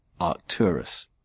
Arcturus